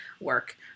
work